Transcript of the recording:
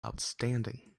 outstanding